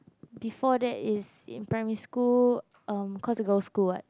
before that is in primary school erm cause we girls' school [what]